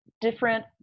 different